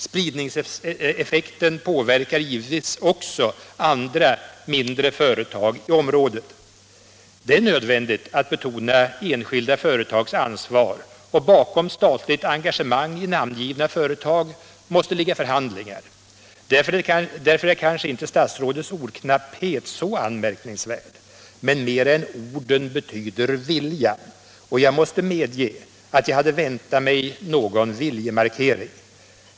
Spridningseffekten på Det är nödvändigt att betona enskilda företags ansvar, och bakom stat Fredagen den ligt engagemang i namngivna företag måste ligga förhandlingar. Därför 10 december 1976 är kanske inte statsrådets ordknapphet så anmärkningsvärd. Men mera än orden betyder viljan, och jag måste medge att jag hade väntat mig Om åtgärder för att någon viljemarkering.